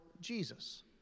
Jesus